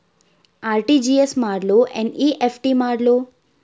RTGS ಮಾಡ್ಲೊ NEFT ಮಾಡ್ಲೊ?